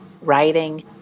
writing